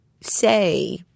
say